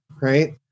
right